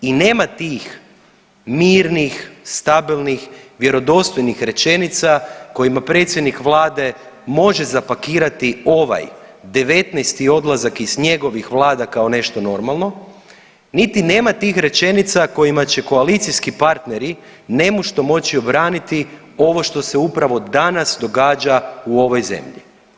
Nema tih mirnih, stabilnih, vjerodostojnih rečenica kojima predsjednik vlade može zapakirati ovaj 19 odlazak iz njegovih vlada kao nešto normalno, niti nema tih rečenica kojima će koalicijski partneri nemušto moći obraniti ovo što se upravo danas događa u ovoj zemlji.